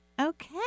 Okay